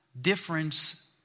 difference